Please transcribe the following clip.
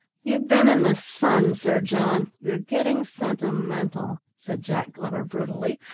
you've been in the sun, sir john you're getting sentimental, said jack glover brutally,